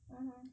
mmhmm